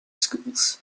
schools